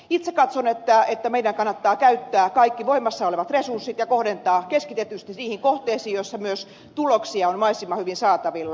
itse katson että meidän kannattaa käyttää kaikki voimassa olevat resurssit ja kohdentaa keskitetysti niihin kohteisiin joissa myös tuloksia on mahdollisimman hyvin saatavilla